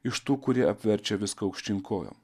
iš tų kurie apverčia viską aukštyn kojom